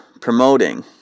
promoting